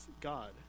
God